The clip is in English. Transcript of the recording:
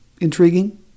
intriguing